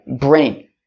brain